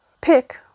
pick